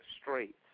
straight